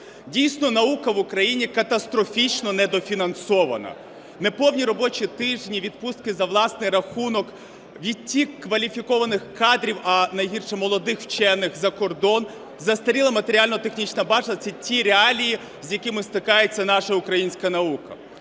Дійсно, наука в Україні катастрофічно недофінансована. Неповні робочі тижні, відпустки за власний рахунок, відтік кваліфікованих кадрів, а найгірше – молодих вчених за кордон, застаріла матеріально-технічна база. Це ті реалії, з якими стикається наша українська наука.